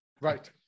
right